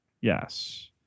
Yes